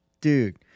dude